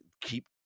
keep